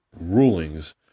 rulings